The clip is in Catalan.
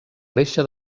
reixa